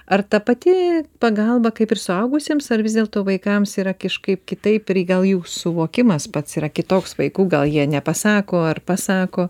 ar ta pati pagalba kaip ir suaugusiems ar vis dėlto vaikams yra kažkaip kitaip ir gal jų suvokimas pats yra kitoks vaikų gal jie nepasako ar pasako